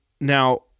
Now